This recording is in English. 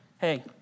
hey